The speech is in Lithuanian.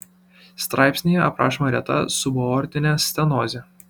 straipsnyje aprašoma reta subaortinė stenozė